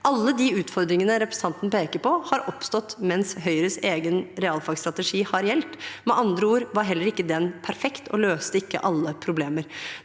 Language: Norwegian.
Alle de utfordringene representanten peker på, har oppstått mens Høyres egen realfagsstrategi har gjeldt. Med andre ord var heller ikke den perfekt og løste ikke alle problemer.